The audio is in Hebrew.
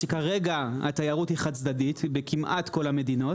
שכרגע התיירות היא חד צדדית כמעט בכל המדינות.